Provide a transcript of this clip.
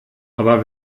aber